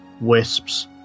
wisps